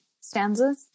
stanzas